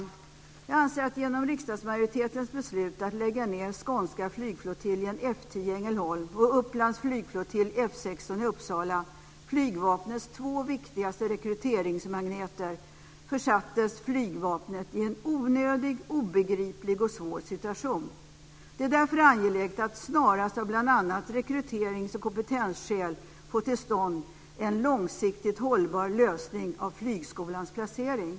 Jag anser att flygvapnet genom riksdagsmajoritetens beslut att lägga ned Skånska flygflottiljen, F 10 i Ängelholm, och Upplands flygflottilj, F 16 i Uppsala - flygvapnets två viktigaste rekryteringsmagneter - försattes i en onödig, obegriplig och svår situation. Det är därför angeläget att av bl.a. rekryterings och kompetensskäl snarast få till stånd en långsiktigt hållbar lösning på frågan om flygskolans placering.